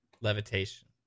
Levitation